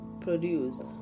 produce